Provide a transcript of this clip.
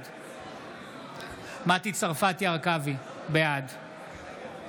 בעד מטי צרפתי הרכבי, בעד